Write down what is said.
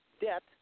debt